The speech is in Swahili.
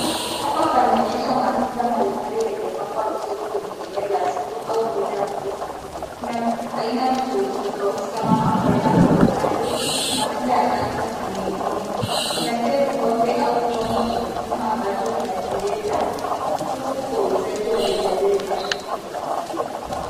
Hapa pana onyesha matunda mbalimbali yaliyopakwa vizuri kwenye eneo la soko au meza ya kuuza. Kuna aina tofauti tofauti kama mapera, avokado, matunda ya kaktasi, na mengine. Kuna pia vikombe au chombo cha kupima ambacho kinapendeza huku kwa wauzaji wa rejareja.